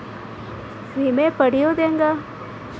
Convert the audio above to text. ವಿಮೆ ಪಡಿಯೋದ ಹೆಂಗ್?